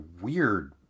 weird